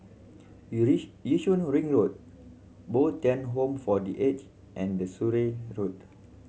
Yishun Ring Road Bo Tien Home for The Aged and the Surrey Road